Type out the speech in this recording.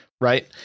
Right